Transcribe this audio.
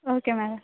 okay madam